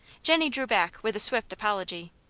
jennie drew back with a swift apology,